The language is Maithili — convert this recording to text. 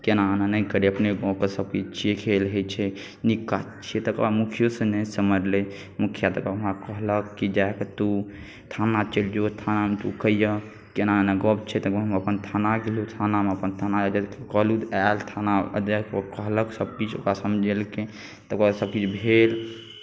की एना एना नहि करी अपने गामके सभकिछु छियै खेल होइ छै नीक काज छियै तकर बाद मुखियोसँ नहि सम्हरलै मुखिया तकर बाद हमरा कहलक कि जा कऽ तू थाना चलि जो थानामे तू कहियक कि एना एना गप्प छै तखन हम अपन थाना गेलहुँ थानामे अपन कहलहुँ तऽ आयल थाना जा कऽ कहलक सभकिछु हुनका समझेलखिन तकर बाद सभकिछु भेल